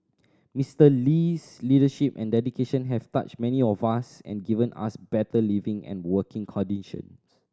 Mister Lee's leadership and dedication have touched many of us and given us better living and working conditions